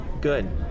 Good